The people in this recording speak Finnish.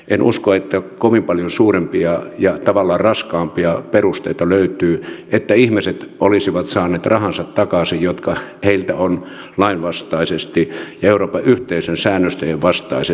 en usko että kovin paljon suurempia ja tavallaan raskaampia perusteita löytyy että ihmiset olisivat saaneet rahansa takaisin jotka heiltä on lainvastaisesti ja euroopan yhteisön säännöstöjen vastaisesti kerätty